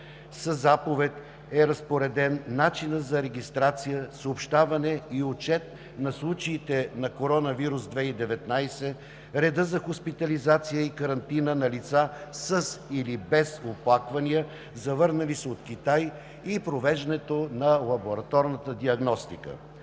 Със заповед е разпореден начинът за регистрация, съобщаване и отчет на случаите на коронавирус 2019, редът за хоспитализация и карантина на лица със или без оплаквания, завърнали се от Китай, и провеждането на лабораторната диагностика.